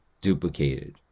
duplicated